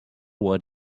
what